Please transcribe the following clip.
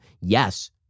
Yes